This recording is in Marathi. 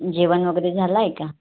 जेवण वगैरे झाला आहे का